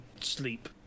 sleep